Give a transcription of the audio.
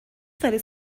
سالی